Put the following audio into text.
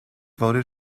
voted